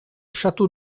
château